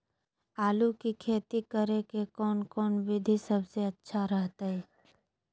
आलू की खेती करें के कौन कौन विधि सबसे अच्छा रहतय?